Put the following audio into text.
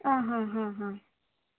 ಆಂ ಹಾಂ ಹಾಂ ಹಾಂ